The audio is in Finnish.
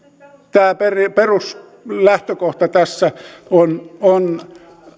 tämä peruslähtökohta tässä on on